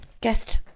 guest